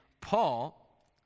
Paul